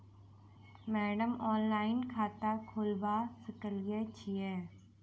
Madam online खाता खोलबा सकलिये छीयै?